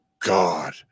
God